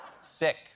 sick